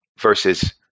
versus